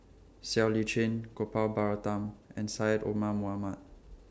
Siow Lee Chin Gopal Baratham and Syed Omar Mohamed